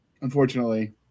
unfortunately